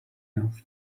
enough